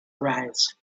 arise